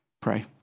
Pray